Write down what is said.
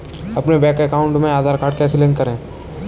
अपने bank account में Aadhaar card कैसे लिंक करें?